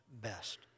best